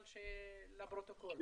אבל לפרוטוקול.